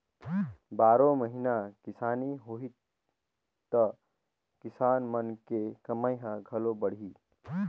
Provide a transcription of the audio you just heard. बारो महिना किसानी होही त किसान मन के कमई ह घलो बड़ही